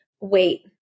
wait